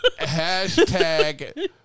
Hashtag